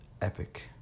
Epic